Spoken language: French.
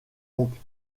oncle